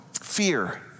fear